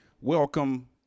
welcome